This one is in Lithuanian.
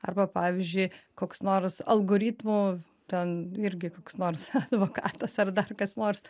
arba pavyzdžiui koks nors algoritmų ten irgi koks nors advokatas ar dar kas nors